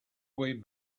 way